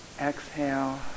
exhale